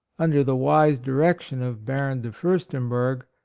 un der the wise direction of baron de furstenberg,